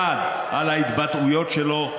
1. על ההתבטאויות שלו,